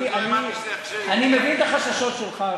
אני מבין את החששות שלך,